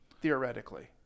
theoretically